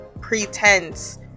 pretense